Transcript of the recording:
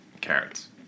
Carrots